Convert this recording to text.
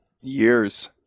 years